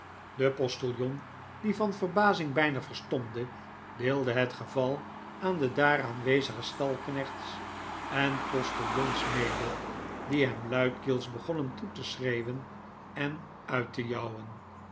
de postiljon die van verbazing bijna verstomde deelde het geval aan de daar aanwezige stalknechts en postiljons mede die hem luidkeels begonnen toe te schreeuwen en uit te jouwen